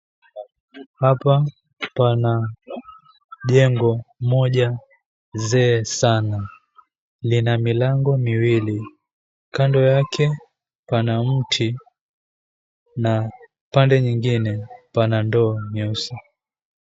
Hapa pana jengo moja zee sana. Lina milango miwili, kando yake pana mti na pande nyingine pana ndoo nyeusi.